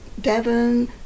Devon